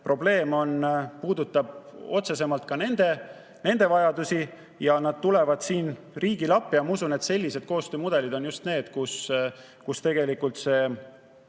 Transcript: probleem puudutab otsesemalt ka nende vajadusi ja nad tulevad siin riigile appi. Ma usun, et sellised koostöömudelid on just need, kus tegelikult